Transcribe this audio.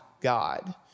God